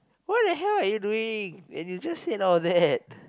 what the hell are you doing and you just said out that